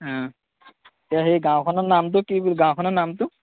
সেই গাঁওখনৰ নামটো কি বুলি গাঁওখন নামটো